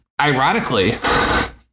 Ironically